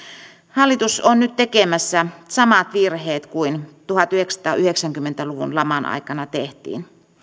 hallitus on nyt tekemässä samat virheet kuin tuhatyhdeksänsataayhdeksänkymmentä luvun laman aikana tehtiin